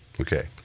Okay